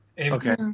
okay